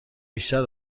بیشتر